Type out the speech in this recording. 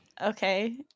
okay